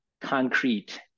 concrete